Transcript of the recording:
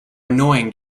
annoying